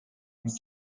mit